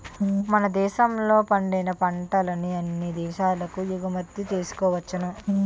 మన దేశంలో పండిన పంటల్ని అన్ని దేశాలకు ఎగుమతి చేసుకోవచ్చును